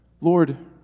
Lord